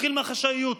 נתחיל מהחשאיות.